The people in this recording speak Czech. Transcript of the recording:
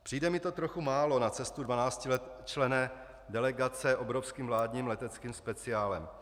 Přijde mi to trochu málo na cestu 12členné delegace obrovským vládním leteckým speciálem.